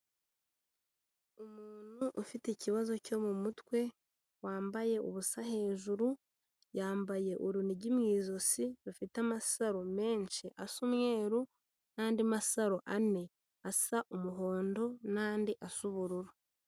Umuntu ufite ikibazo cyo mu mutwe, wambaye ubusa hejuru, yambaye urunigi mu ijosi rufite amasaro menshi asa umweru n'andi masaro ane asa umuhondo n'andi asa ubururu.